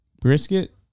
brisket